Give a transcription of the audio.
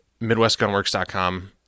MidwestGunworks.com